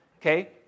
okay